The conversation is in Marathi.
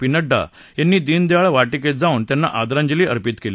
पी नड्डा यांनी दिनदयाळ वाटीकेत जाऊन त्यांना आदरांजली अर्पित केली